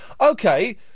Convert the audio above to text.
Okay